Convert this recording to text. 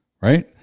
Right